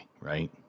right